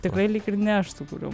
tikrai lyg ir ne aš sukūriau